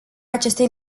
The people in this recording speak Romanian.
acestei